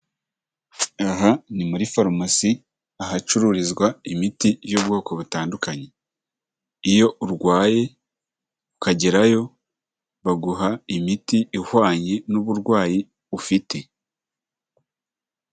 Aha ni muri farumasi, ahacururizwa imiti y'ubwoko butandukanye, iyo urwaye ukagerayo, baguha imiti ihwanye n'uburwayi ufite.